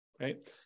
right